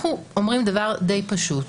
אנחנו אומרים דבר די פשוט,